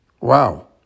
Wow